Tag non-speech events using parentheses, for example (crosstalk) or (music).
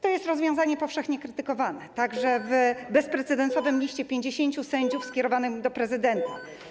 To jest rozwiązanie powszechnie krytykowane, także (noise) w bezprecedensowym liście 50 sędziów skierowanym do prezydenta.